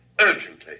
urgently